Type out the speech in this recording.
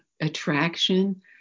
attraction